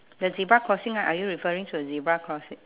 the zebra crossing ah are you referring to the zebra crossi~